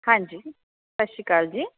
ਹਾਂਜੀ ਸਤਿ ਸ਼੍ਰੀ ਅਕਾਲ ਜੀ